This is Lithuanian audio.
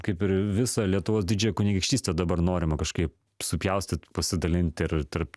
kaip ir visą lietuvos didžiąją kunigaikštystę dabar norima kažkaip supjaustyt pasidalint ir tarp